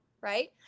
right